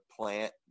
plant